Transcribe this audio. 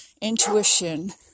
intuition